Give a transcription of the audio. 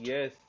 Yes